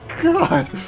God